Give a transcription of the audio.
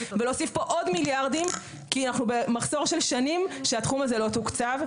ולהוסיף פה עוד מיליארדים כי אנחנו במחסור של שנים שהתחום הזה לא תוקצב.